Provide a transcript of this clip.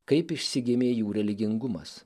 kaip išsigimė jų religingumas